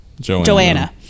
joanna